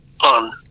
on